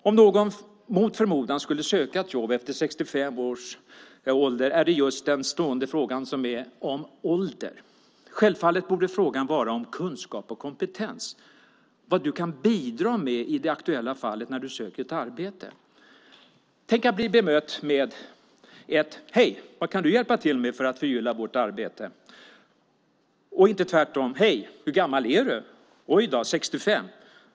Om någon mot förmodan skulle söka ett jobb efter 65 års ålder gäller den stående frågan just ålder. Självfallet borde frågan gälla kunskap och kompetens, vad du kan bidra med i det aktuella fallet när du söker ett arbete. Tänk att bli bemött med "Hej! Vad kan du hjälpa till med för att förgylla vårt arbete?" och inte tvärtom med "Hej! Hur gammal är du? Ojdå, 65!